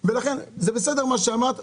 לא שוכנעתי למה הדיאט והזירו הם כן.